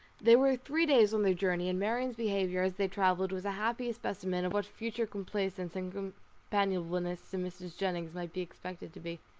they were three days on their journey, and marianne's behaviour as they travelled was a happy specimen of what future complaisance and companionableness to mrs. jennings might be expected to be.